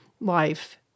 life